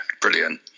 Brilliant